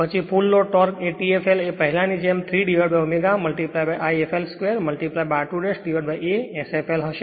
પછી full load torque T fl એ પહેલા ની જેમ 3ω I fl 2 r2a Sfl હશે